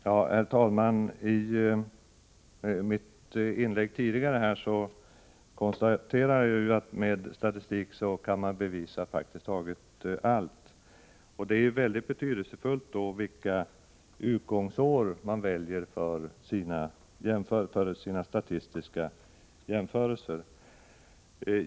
Herr talman! I mitt tidigare inlägg konstaterade jag att man med statistik kan bevisa praktiskt taget allt. Det har stor betydelse vilka utgångsår man väljer för sina statistiska jämförelser.